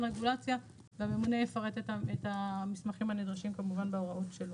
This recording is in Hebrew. הרגולציה והממונה יפרט את המסמכים הנדרשים כמובן בהוראות שלו.